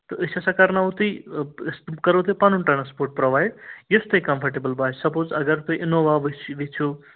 تہٕ أسۍ ہَسا کرناوَو تُہۍ أسۍ بہٕ کرو تۄہہِ پَنُن ٹرٛانسپوٹ پرٛوٚوایِڈ یُس تۄہہِ کمفٕٹیبٕل باسہِ سَپوز اَگر تُہۍ اِنووا وٕچھ ییٚژھِو